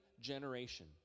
generation